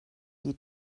die